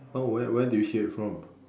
oh where where do you hear it from